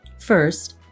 First